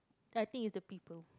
ya I think is the people